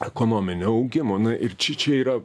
ekonominio augimo na ir či čia yra